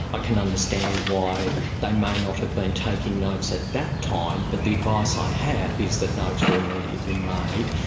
i can understand why they may not have been taking notes at that time but the advice i have is that notes were immediately made,